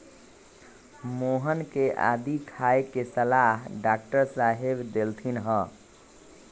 मोहन के आदी खाए के सलाह डॉक्टर साहेब देलथिन ह